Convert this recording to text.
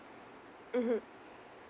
mmhmm